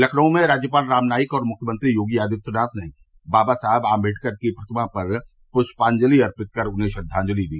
लखनऊ में राज्यपाल राम नाईक और मुख्यमंत्री योगी आदित्यनाथ ने बाबा साहब आम्बेडकर की प्रतिमा पर पुष्पांजलि अर्पित कर उन्हें श्रद्वांजलि दी